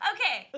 Okay